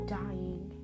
dying